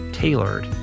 Tailored